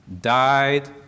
died